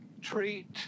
treat